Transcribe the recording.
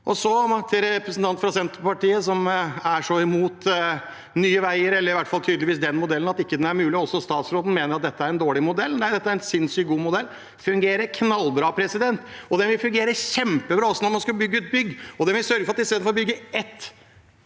i dag. Representanten fra Senterpartiet er imot Nye veier eller mener i hvert fall at den modellen ikke er mulig. Også statsråden mener det er en dårlig modell: Nei, dette er en sinnssykt god modell. Den fungerer knallbra, og den vil fungere kjempebra også når man skal bygge ut bygg. Den vil sørge for at istedenfor å bygge ett